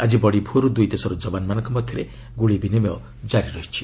ଆଜି ବଡ଼ି ଭୋରୁ ଦୁଇ ଦେଶର ଯବାନମାନଙ୍କ ମଧ୍ୟରେ ଗୁଳି ବିନିମୟ ଜାରି ରହିଛି